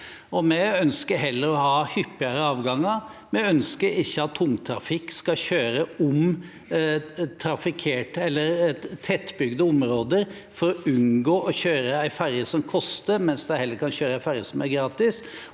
Vi ønsker heller å ha hyppigere avganger. Vi ønsker ikke at tungtrafikk skal kjøre om tettbygde områder for å unngå å kjøre en ferje som koster når de heller kan kjøre en ferje som er gratis,